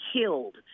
killed